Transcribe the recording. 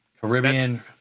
Caribbean